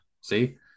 See